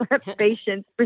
patience